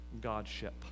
Godship